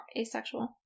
asexual